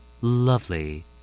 Lovely